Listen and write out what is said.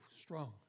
strong